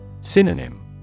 Synonym